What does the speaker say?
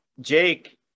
Jake